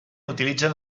utilitzen